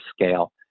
scale